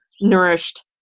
nourished